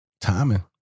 Timing